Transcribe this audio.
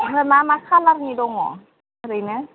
ओमफ्राय मा मा खालारनि दङ ओरैनो